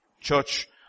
church